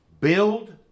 build